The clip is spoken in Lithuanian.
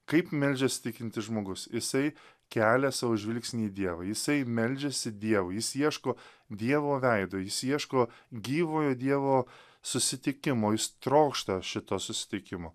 kaip meldžias tikintis žmogus jisai kelia savo žvilgsnį į dievą jisai meldžiasi dievui jis ieško dievo veido jis ieško gyvojo dievo susitikimo jis trokšta šito susitikimo